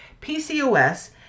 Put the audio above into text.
PCOS